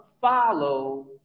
Follow